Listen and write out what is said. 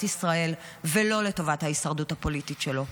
ישראל ולא לטובת ההישרדות הפוליטית שלו.